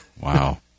Wow